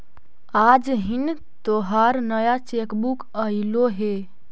आज हिन् तोहार नया चेक बुक अयीलो हे